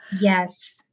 yes